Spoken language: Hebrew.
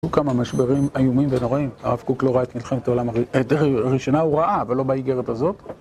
היו כמה משברים איומים ונוראים, הרב קוק לא ראה את מלחמת העולם הראשונה, הוא ראה, אבל לא באיגרת הזאת